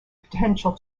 potential